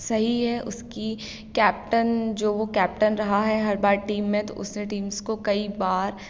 सही है उसकी कैप्टन जो वह कैप्टन रहा है हर बार टीम में तो उसने टीम्स को कई बार